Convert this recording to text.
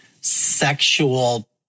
sexual